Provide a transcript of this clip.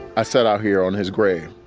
i said out here on his grave,